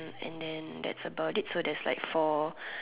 and then that's about it so there's like four